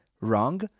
wrong